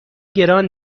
گران